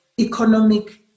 economic